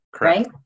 right